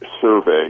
survey